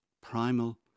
primal